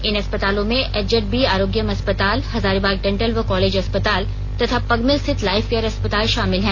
इन अस्पतालों में एचजेडबी आरोग्यम अस्पताल हजारीबाग डेंटल व कॉलेज अस्पताल तथा पगमिल स्थित लाइफ केयर अस्पताल शामिल हैं